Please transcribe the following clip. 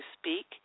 speak